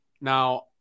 Now